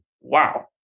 Wow